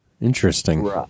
Interesting